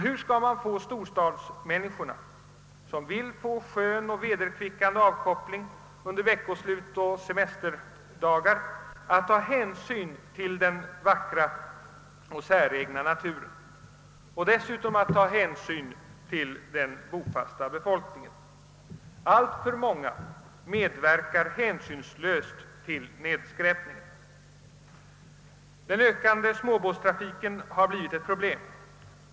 Hur skall man få storstadsmänniskor, som vill få en skön och vederkvickande avkoppling under veckoslut och semesterdagar, att ta hänsyn till den vackra och säregna naturen och att även ta hänsyn till den bofasta befolkningen? Alltför många medverkar hänsynslöst till nedskräpningen. Den ökande småbåtstrafiken har blivit ett problem.